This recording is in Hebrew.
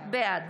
בעד